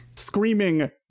screaming